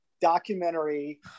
documentary